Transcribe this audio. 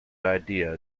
idea